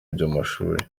by’amashuri